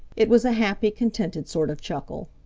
it was a happy, contented sort of chuckle.